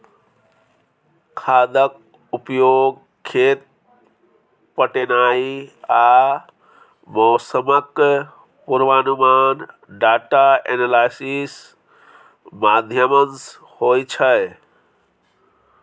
खादक उपयोग, खेत पटेनाइ आ मौसमक पूर्वानुमान डाटा एनालिसिस माध्यमसँ होइ छै